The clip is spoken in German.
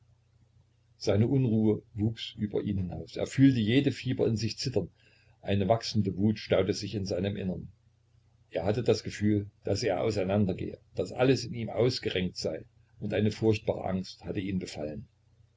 seine unruhe wuchs über ihn hinaus er fühlte jede fiber in sich zittern eine wachsende wut staute sich in seinem innern er hatte das gefühl daß er auseinandergehe daß alles in ihm ausgerenkt sei und eine furchtbare angst hatte ihn befallen